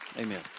Amen